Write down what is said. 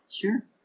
Sure